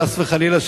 חס וחלילה,